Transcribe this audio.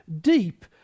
deep